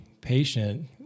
patient